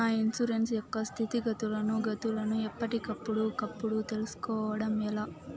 నా ఇన్సూరెన్సు యొక్క స్థితిగతులను గతులను ఎప్పటికప్పుడు కప్పుడు తెలుస్కోవడం ఎలా?